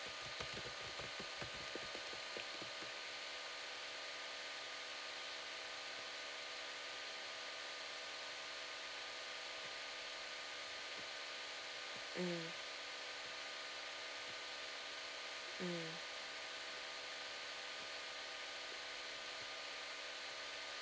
mm mm